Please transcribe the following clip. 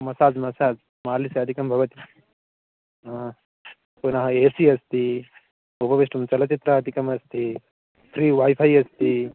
massage massage मालिशादिकं भवति पुनः ए सि अस्ति उपवेष्टुं चलचित्रादिकमस्ति फ़्री वैफ़ै अस्ति